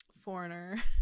foreigner